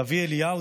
סבי אליהו,